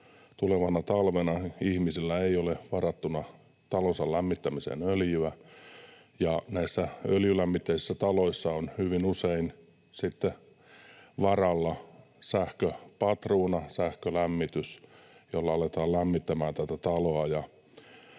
tulevana talvena ihmisillä ei ole varattuna talonsa lämmittämisen öljyä. Näissä öljylämmitteisissä taloissa on hyvin usein sitten varalla sähköpatruuna, sähkölämmitys, jolla aletaan lämmittämään tätä taloa.